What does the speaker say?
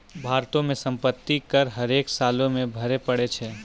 भारतो मे सम्पति कर हरेक सालो मे भरे पड़ै छै